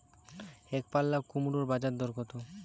একপাল্লা কুমড়োর বাজার দর কত?